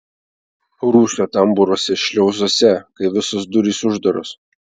rūsio tambūruose šliuzuose kai visos durys uždaros